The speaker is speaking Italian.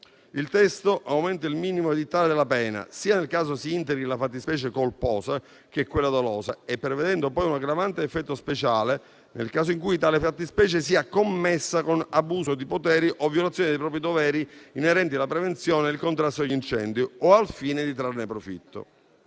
Il testo aumenta il minimo edittale della pena, sia nel caso si integri la fattispecie colposa che quella dolosa, prevedendo poi un'aggravante a effetto speciale nel caso in cui tale fattispecie sia commessa con abuso di poteri o violazione dei propri doveri inerenti la prevenzione e il contrasto degli incendi, o al fine di trarne profitto.